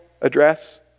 address